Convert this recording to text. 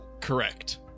Correct